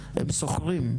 הם שוכרים.